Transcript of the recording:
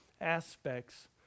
aspects